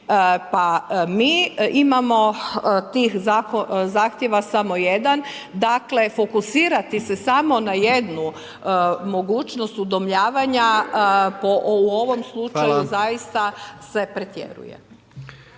Pa mi imamo tih zahtjeva samo jedan, dakle, fokusirati se samo na jednu mogućnost udomljavanja u ovom slučaju zaista se pretjeruje.